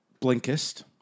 Blinkist